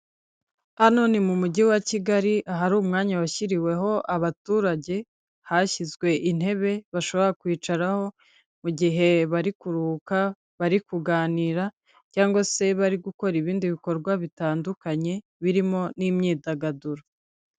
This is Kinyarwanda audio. Hano ni mu mujyi wa Kigali ahari umwanya washyiriweho abaturage, hashyizwe intebe bashobora kwicaraho, mu gihe bari kuruhuka, bari kuganira cyangwa se bari gukora ibindi bikorwa bitandukanye birimo n'imyidagaduro.